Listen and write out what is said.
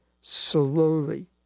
slowly